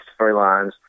storylines